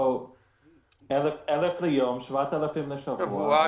1,000 ליום, 7,000 לשבוע.